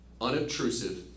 unobtrusive